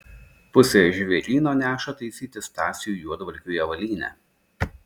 pusė žvėryno neša taisyti stasiui juodvalkiui avalynę